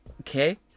okay